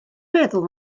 meddwl